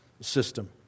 system